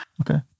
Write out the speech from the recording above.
okay